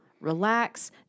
relax